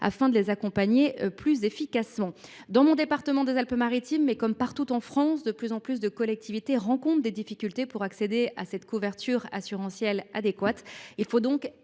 afin de les accompagner plus efficacement. Dans le département des Alpes Maritimes, comme partout en France, de plus en plus de collectivités rencontrent des difficultés pour accéder à une couverture assurantielle adéquate. Il faut aider